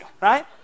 right